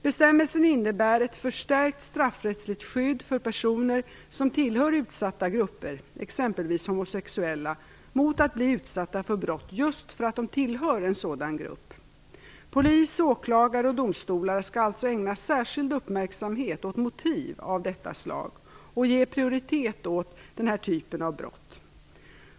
Bestämmelsen innebär ett förstärkt straffrättsligt skydd för personer som tillhör utsatta grupper, exempelvis homosexuella, mot att bli utsatta för brott just för att de tillhör en sådan grupp. Polis, åklagare och domstolar skall alltså ängna särskild uppmärksamhet åt motiv av detta slag och ge prioritet åt dessa typer av brott.